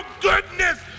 goodness